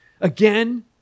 Again